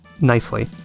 nicely